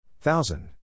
Thousand